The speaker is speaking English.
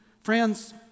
Friends